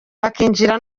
bakinjira